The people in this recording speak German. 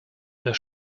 der